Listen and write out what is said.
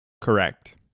Correct